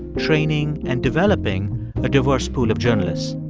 training and developing a diverse pool of journalists.